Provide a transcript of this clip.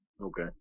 Okay